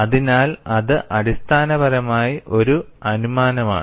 അതിനാൽ ഇത് അടിസ്ഥാനപരമായി ഒരു അനുമാനമാണ്